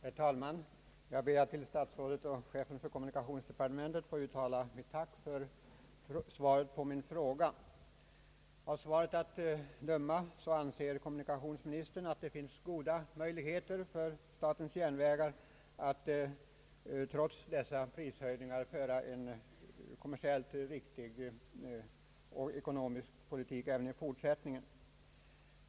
Herr talman! Jag ber att till statsrådet och chefen för kommunikationsdepartementet få uttala ett tack för svaret på min fråga. Av svaret att döma anser kommunikationsministern att det finns goda möjligheter för statens järnvägar att trots taxehöjningarna även i fortsättningen föra en kommersiellt och ekonomiskt riktig politik.